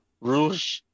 Rouge